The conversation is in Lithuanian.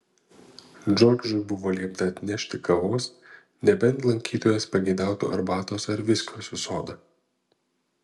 džordžui buvo liepta atnešti kavos nebent lankytojas pageidautų arbatos ar viskio su soda